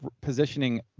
positioning